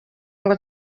ngo